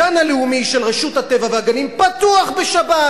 הגן הלאומי של רשות הטבע והגנים פתוח בשבת